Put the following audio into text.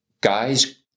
guys